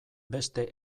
beste